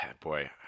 Boy